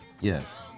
Yes